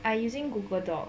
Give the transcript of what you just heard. I using Google doc